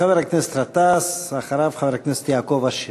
חבר הכנסת גטאס, ואחריו, חבר הכנסת יעקב אשר.